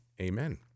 amen